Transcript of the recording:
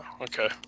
okay